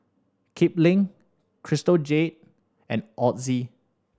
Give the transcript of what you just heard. Kipling Crystal Jade and Ozi